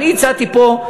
אני הצעתי פה,